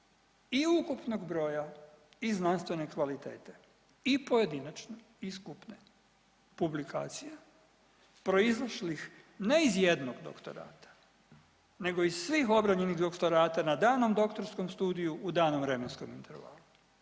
i ukupnog broja i znanstvene kvalitete i pojedinačne i skupne publikacija proizašlih ne iz jednog doktorata nego iz svih obranjenih doktorata na danom doktorskom studiju u danom vremenskom intervalu,